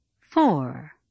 Four